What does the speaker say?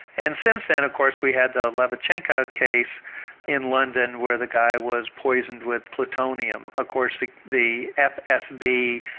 and since then of course we had the litivinenko? case in london where the guy was poisoned with plutonium. of course the the fsb,